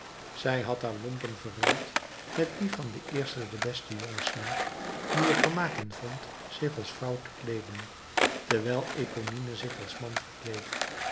zij had haar lompen verruild met die van den eersten den besten jongen snaak die er vermaak in vond zich als vrouw te kleeden terwijl eponine zich als man verkleedde